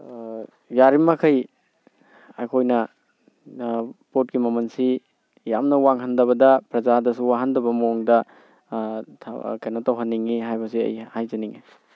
ꯌꯥꯔꯤꯕꯃꯈꯩ ꯑꯩꯈꯣꯏꯅ ꯄꯣꯠꯀꯤ ꯃꯃꯟꯁꯤ ꯌꯥꯝꯅ ꯋꯥꯡꯍꯟꯗꯕꯗ ꯄ꯭ꯔꯖꯥꯗꯁꯨ ꯋꯥꯍꯟꯗꯕ ꯃꯑꯣꯡꯗ ꯀꯩꯅꯣ ꯇꯧꯍꯟꯅꯤꯡꯉꯤ ꯍꯥꯏꯕꯁꯦ ꯑꯩ ꯍꯥꯏꯖꯅꯤꯡꯉꯦ